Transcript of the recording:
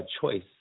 choice